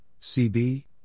CB